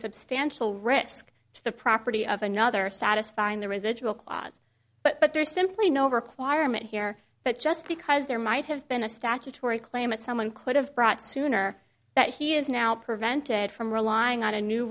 substantial risk to the property of another satisfying the residual clause but there's simply no requirement here that just because there might have been a statutory claim that someone could have brought sooner that he is now prevented from relying on a new